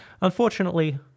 Unfortunately